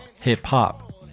hip-hop